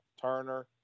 Turner